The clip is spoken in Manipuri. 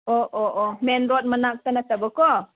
ꯑꯣ ꯑꯣ ꯑꯣ ꯃꯦꯟ ꯔꯣꯗ ꯃꯅꯥꯛꯇ ꯅꯠꯇꯕꯀꯣ